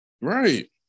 Right